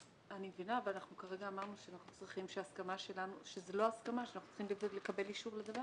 כרגע אמרנו שזאת לא הסכמה וכי אנחנו צריכים לקבל אישור לדבר